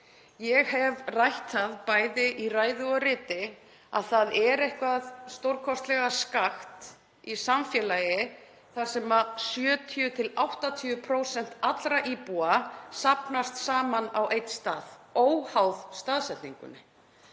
Ég hef rætt það bæði í ræðu og riti að það er eitthvað stórkostlega skakkt í samfélagi þar sem 70–80% allra íbúa safnast saman á einn stað, óháð staðsetningunni.